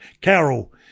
Carol